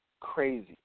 crazy